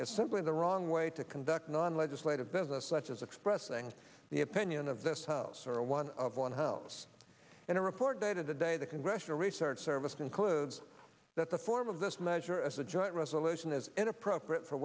it's simply the wrong way to conduct non legislative business such as expressing the opinion of this house or a one of one house in a report dated the day the congressional research service concludes that the form of this measure of the joint resolution is inappropriate for